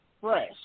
fresh